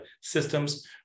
systems